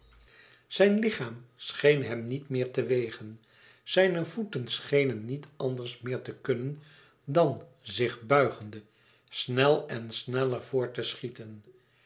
zijn lichaam scheen hem niet meer te wegen zijne voeten schenen niet anders meer te kunnen dan zich buigende snel en sneller voort te schieten